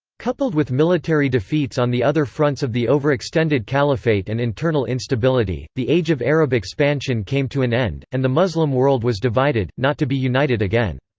coupled with military defeats on the other fronts of the overextended caliphate and internal instability, the age of arab expansion came to an end, and the muslim world was divided, not to be united again.